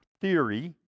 theory